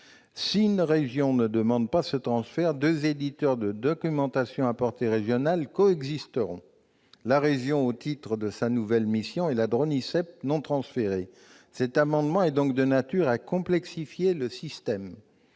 Si une région ne demande pas ce transfert, deux éditeurs de documentation à portée régionale coexisteront : la région, au titre de sa nouvelle mission, et la DRONISEP non transférée. L'amendement n° 243 est donc de nature à complexifier le système.